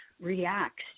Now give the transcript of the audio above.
reacts